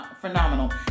phenomenal